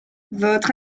votre